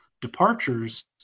departures